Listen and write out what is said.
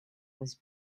was